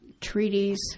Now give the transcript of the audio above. treaties